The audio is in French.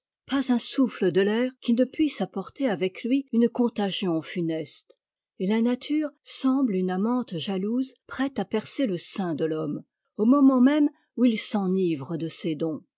pas un souffle de l'air qui ne puisse apporter avec lui une contagion funeste et la nature semble une amante jalouse prête à percer le sein de l'homme au moment même où il s'enivre de ses dons